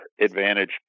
advantage